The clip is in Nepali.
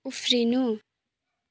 उफ्रिनु